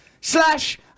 Slash